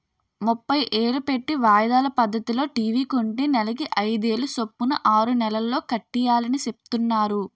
ముప్పై ఏలు పెట్టి వాయిదాల పద్దతిలో టీ.వి కొంటే నెలకి అయిదేలు సొప్పున ఆరు నెలల్లో కట్టియాలని సెప్తున్నారు